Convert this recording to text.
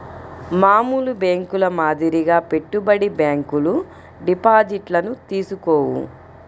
మామూలు బ్యేంకుల మాదిరిగా పెట్టుబడి బ్యాంకులు డిపాజిట్లను తీసుకోవు